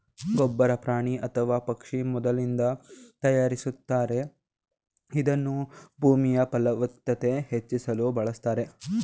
ಗೊಬ್ಬರ ಪ್ರಾಣಿ ಅಥವಾ ಪಕ್ಷಿ ಮಲದಿಂದ ತಯಾರಿಸ್ತಾರೆ ಇದನ್ನ ಭೂಮಿಯಫಲವತ್ತತೆ ಹೆಚ್ಚಿಸಲು ಬಳುಸ್ತಾರೆ